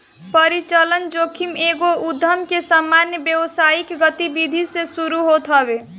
परिचलन जोखिम एगो उधम के सामान्य व्यावसायिक गतिविधि से शुरू होत हवे